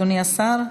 אדוני השר.